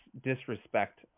disrespect